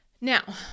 Now